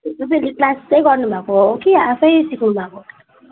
तपाईँहरूले क्लास चाहिँ गर्नुभएको हो आफै सिक्नुभएको हो